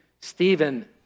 Stephen